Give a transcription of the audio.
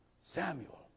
Samuel